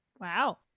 Wow